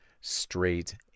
straight